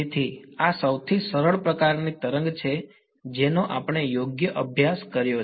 તેથી આ સૌથી સરળ પ્રકારની તરંગ છે જેનો આપણે યોગ્ય અભ્યાસ કર્યો છે